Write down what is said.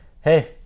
hey